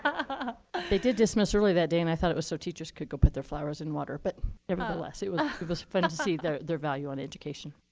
ah ah they did dismiss early that day, and i thought it was so teachers could go put their flowers in water, but nevertheless, it was fun to see their their value on education.